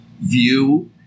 view